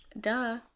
Duh